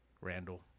Randall